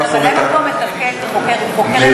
אבל ממלא-מקום מתפקד כחוקר ככל,